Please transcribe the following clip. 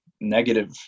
negative